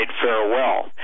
farewell